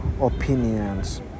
opinions